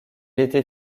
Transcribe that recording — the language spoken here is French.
était